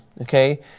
okay